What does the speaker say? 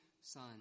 son